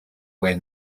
where